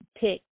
pick